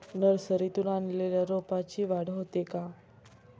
नर्सरीतून आणलेल्या रोपाची वाढ होते का?